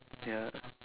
ya